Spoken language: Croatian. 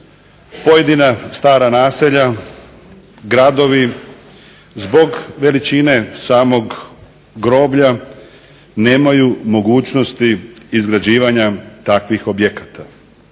Pojedina stara naselja, gradovi, zbog veličine samog groblja nemaju mogućnosti izgrađivanja takvih objekata,